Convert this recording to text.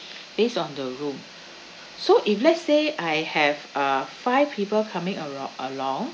based on the room so if let's say I have uh five people coming aro~ along